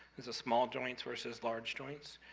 there's a small joints versus large joints.